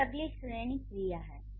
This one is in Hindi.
फिर अगली श्रेणी क्रिया है